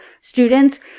students